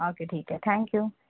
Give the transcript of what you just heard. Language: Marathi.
ओके ठीक आहे थँक्यू